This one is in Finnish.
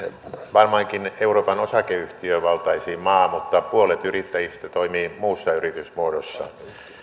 varmaankin euroopan osakeyhtiövaltaisin maa mutta puolet yrittäjistä toimii muussa yritysmuodossa